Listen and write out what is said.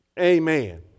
Amen